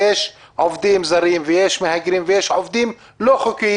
יש עובדים זרים ויש מהגרים ויש עובדים לא חוקיים.